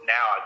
Now